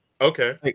Okay